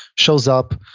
shows up.